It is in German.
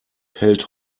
hält